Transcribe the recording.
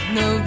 no